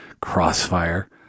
Crossfire